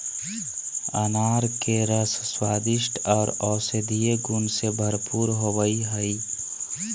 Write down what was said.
अनार के रस स्वादिष्ट आर औषधीय गुण से भरपूर होवई हई